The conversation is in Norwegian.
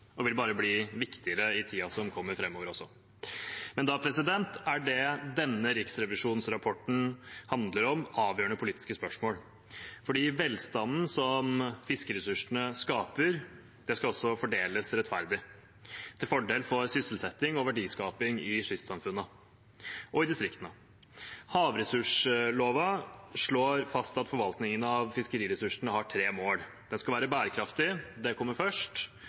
og vil bare bli viktigere i tiden som kommer framover også. Da er det denne riksrevisjonsrapporten handler om, avgjørende politiske spørsmål, for velstanden som fiskeressursene skaper, skal også fordeles rettferdig til fordel for sysselsetting og verdiskaping i kystsamfunnene og distriktene. Havressursloven slår fast at forvaltningen av fiskeriressursene har tre mål: Den skal være bærekraftig – det kommer først.